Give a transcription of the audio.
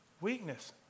weakness